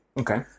Okay